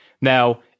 Now